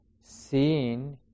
seeing